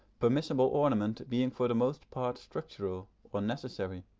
permissible ornament being for the most part structural, or necessary.